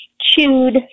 chewed